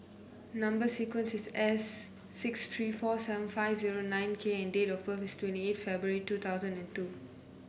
number sequence is S six three four seven five zero nine K and date of birth is twenty eight February two thousand and two